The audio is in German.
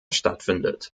stattfindet